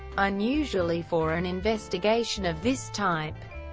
unusually for an investigation of this type,